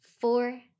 four